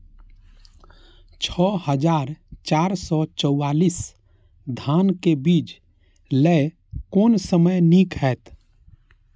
छः हजार चार सौ चव्वालीस धान के बीज लय कोन समय निक हायत?